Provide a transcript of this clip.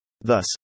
Thus